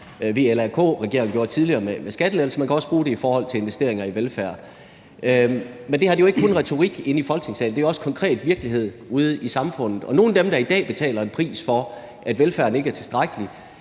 gjorde det tidligere, ved at give skattelettelser, eller man kan investere i velfærd. Men det her er jo ikke kun retorik herinde i Folketingssalen, det er også konkret virkelighed ude i samfundet, og nogle af dem, der i dag betaler en pris for, at velfærden ikke er tilstrækkelig,